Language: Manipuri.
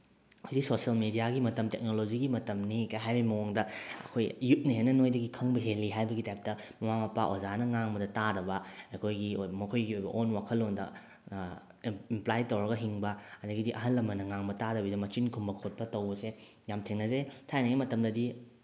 ꯍꯧꯖꯤꯛ ꯁꯣꯁꯦꯜ ꯃꯦꯗꯤꯌꯥꯒꯤ ꯃꯇꯝ ꯇꯦꯛꯅꯣꯂꯣꯖꯤꯒꯤ ꯃꯇꯝꯅꯤ ꯀꯥꯏ ꯍꯥꯏꯕꯒꯤ ꯃꯑꯣꯡꯗ ꯑꯩꯈꯣꯏ ꯌꯨꯠꯅꯦ ꯍꯥꯏꯅ ꯅꯣꯏꯗꯒꯤ ꯈꯪꯕ ꯍꯦꯜꯂꯤ ꯍꯥꯏꯕꯒꯤ ꯇꯥꯏꯞꯇ ꯃꯃꯥ ꯃꯄꯥ ꯑꯣꯖꯥꯅ ꯉꯥꯡꯕꯗ ꯇꯥꯗꯕ ꯑꯩꯈꯣꯏꯒꯤ ꯃꯈꯣꯏꯒꯤ ꯑꯣꯏꯕ ꯑꯣꯟ ꯋꯥꯈꯟꯂꯣꯟꯗ ꯏꯝꯄ꯭ꯂꯥꯏ ꯇꯧꯔꯒ ꯍꯤꯡꯕ ꯑꯗꯨꯗꯒꯤꯗꯤ ꯑꯍꯜ ꯂꯃꯟꯅ ꯉꯥꯡꯕ ꯇꯥꯗꯕꯤꯗ ꯃꯆꯤꯟ ꯈꯨꯝꯕ ꯈꯣꯠꯄ ꯇꯧꯕꯁꯦ ꯌꯥꯝ ꯊꯦꯡꯅꯖꯩ ꯊꯥꯏꯅꯉꯩ ꯃꯇꯝꯗꯗꯤ